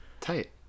tight